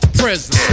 prison